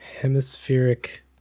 hemispheric